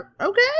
okay